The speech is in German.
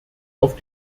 auf